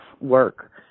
work